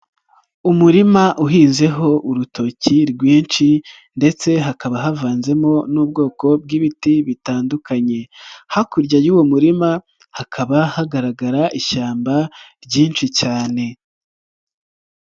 Umurima uhinzeho urutoki rwinshi ndetse hakaba havanzemo n'ubwoko bw'ibiti bitandukanye, hakurya y'uwo murima hakaba hagaragara ishyamba ryinshi cyane.